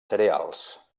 cereals